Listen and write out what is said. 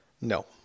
No